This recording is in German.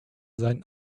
seinen